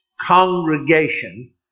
congregation